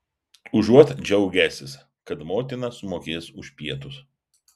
užuot džiaugęsis kad motina sumokės už pietus